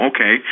okay